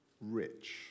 rich